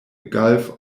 gulf